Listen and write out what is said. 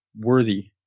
Worthy